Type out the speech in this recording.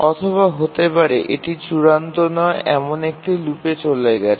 অথবা হতে পারে এটি চূড়ান্ত নয় এমন একটি লুপে চলে গেছে